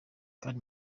kandi